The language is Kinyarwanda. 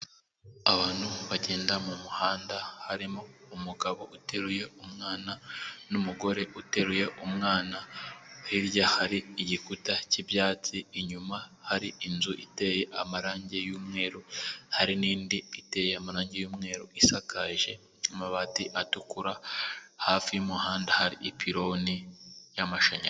Abantu bagenda mu muhanda harimo umugabo uteruye umwana n'umugore uteruye umwana hirya hari igikuta cy'ibyatsi ,inyuma hari inzu iteye amarangi y'umweru hari n'indi iteye amarangi y'umweru isakaje amabati atukura hafi y'umuhanda hari ipironi y'amashanyarazi.